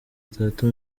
data